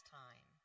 time